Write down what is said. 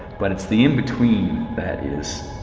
but it's the in-between that is.